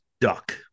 duck